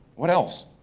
what else?